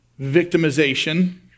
victimization